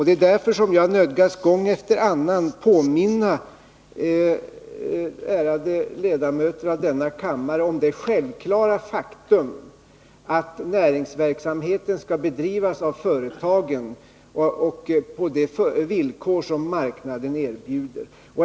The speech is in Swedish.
Det är därför som jag gång efter annan nödgas påminna ärade ledamöter av denna kammare om det självklara faktum att näringsverksamheten skall bedrivas av företagen på de villkor som marknaden erbjuder.